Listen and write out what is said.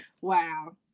wow